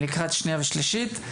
לקראת שנייה ושלישית.